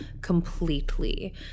completely